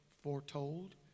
foretold